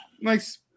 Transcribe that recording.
nice